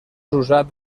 usat